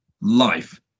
life